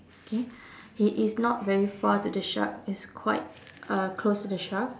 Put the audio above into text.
okay he is not very far to the shark he's quite uh close to the shark